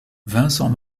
vincent